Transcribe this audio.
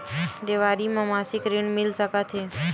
देवारी म मासिक ऋण मिल सकत हे?